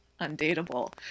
undateable